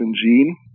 gene